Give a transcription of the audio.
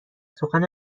سخن